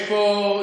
יש פה יותר,